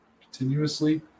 continuously